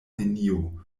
neniu